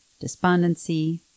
despondency